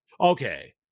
okay